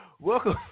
welcome